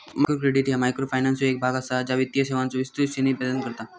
micro credit ह्या मायक्रोफायनान्सचो एक भाग असा, ज्या वित्तीय सेवांचो विस्तृत श्रेणी प्रदान करता